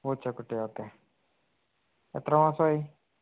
പൂച്ചക്കുട്ടി ഓക്കെ എത്ര മാസമായി